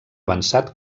avançat